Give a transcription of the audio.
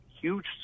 huge